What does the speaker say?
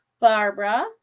Barbara